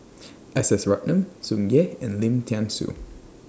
S S Ratnam Tsung Yeh and Lim Thean Soo